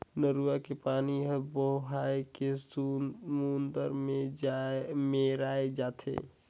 नरूवा के पानी हर बोहाए के समुन्दर मे मेराय जाथे